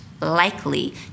likely